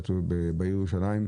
בעיר ירושלים,